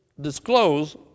disclose